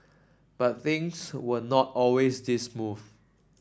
but things were not always this smooth